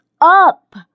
up